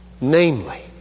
Namely